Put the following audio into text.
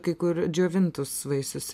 kai kur džiovintus vaisius